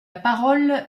parole